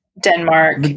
Denmark